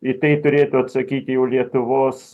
į tai turėtų atsakyti jau lietuvos